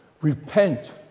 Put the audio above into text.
repent